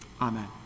Amen